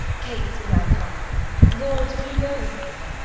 catesby, i come lords, will you go with me?